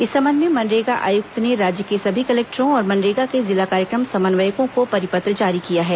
इस संबंध में मनरेगा आयुक्त ने राज्य के सभी कलेक्टरों और मनरेगा के जिला कार्यक्रम समन्वयकों को परिपत्र जारी किया है